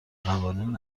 قوانین